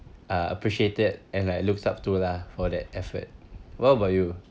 uh appreciated and I looked up to lah for that effort what about you